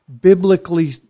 biblically